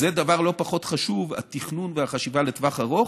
זה דבר לא לפחות חשוב, התכנון והחשיבה לטווח ארוך,